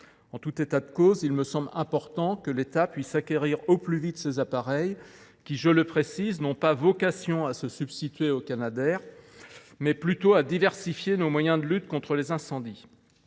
En tout état de cause, il me semble important que l’État puisse acquérir au plus vite ces appareils, qui – je le précise – ont vocation non pas à se substituer aux canadairs, mais plutôt à diversifier nos moyens de lutte contre les incendies.